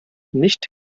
nicht